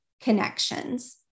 connections